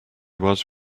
was